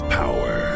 power